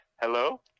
hello